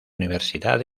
universidad